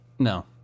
no